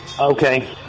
Okay